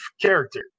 character